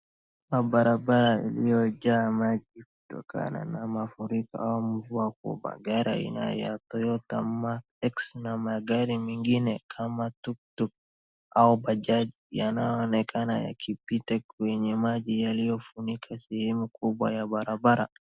Barabara iliyojaa maji kutokana na mafuriko ama mvua kubwa, gari aina ya Toyota Mark X na magari mengine kama tuktuk au bajaji yanaonekana yakipita kwenye maji yaliyofunika sehemu kubwa ya barabara.